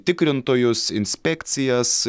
tikrintojus inspekcijas